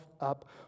up